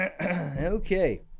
Okay